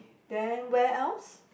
then where else